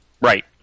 Right